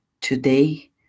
Today